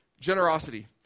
Generosity